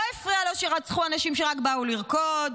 לא הפריע לו שרצחו אנשים שרק באו לרקוד,